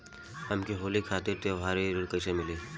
हमके होली खातिर त्योहारी ऋण कइसे मीली?